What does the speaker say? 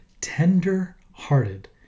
Tender-hearted